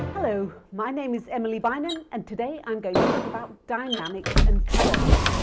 hello, my name is emily beynon and today i'm going to talk about dynamics and colours